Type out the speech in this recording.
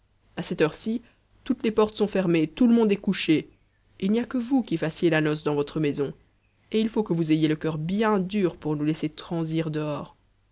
a cette heure-ci toutes les portes sont fermées tout le monde est couché il n'y a que vous qui fassiez la noce dans votre maison et il faut que vous ayez le cur bien dur pour nous laisser